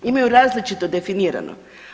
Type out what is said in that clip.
Imaju različito definirano.